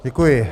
Děkuji.